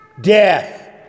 death